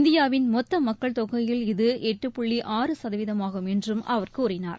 இந்தியாவின் மொத்த மக்கள் தொகையில் இது எட்டு புள்ளி ஆறு சதவீதமாகும் என்றும் அவர் கூறினார்